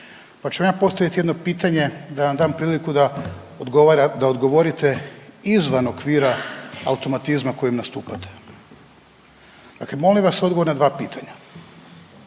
pa ću vam ja postavit jedno pitanje da vam dam priliku da odgovorite izvan okvira automatizma kojim nastupate. Dakle, molim vas odgovor na dva pitanja.